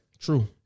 True